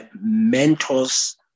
mentors